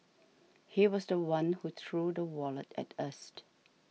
he was the one who threw the wallet at us